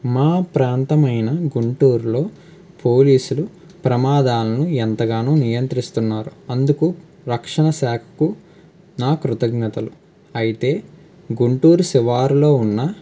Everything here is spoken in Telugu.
మా ప్రాంతమైన గుంటూరులో పోలీసులు ప్రమాదాలను ఎంతగానో నియంత్రిస్తున్నారు అందుకు రక్షణశాఖకు నా కృతజ్ఞతలు అయితే గుంటూరు శివారులలో ఉన్న